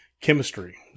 chemistry